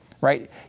right